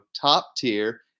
top-tier